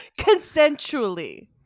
consensually